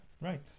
right